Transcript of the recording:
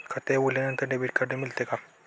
खाते उघडल्यानंतर debit card मिळते का?